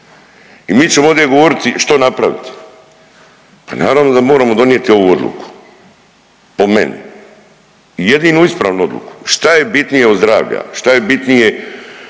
I mi ćemo ovdje govoriti što napraviti. Pa naravno da moramo donijeti ovu odluku po meni jedinu ispravnu odluku. Šta je bitnije od zdravlja? Šta je bitnije